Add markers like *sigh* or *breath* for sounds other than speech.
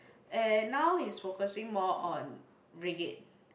and now he's focusing more on raggae *breath*